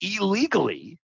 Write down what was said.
illegally